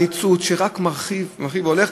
על ניצוץ שרק מרחיב והולך,